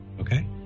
okay